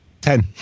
Ten